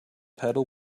pedal